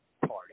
party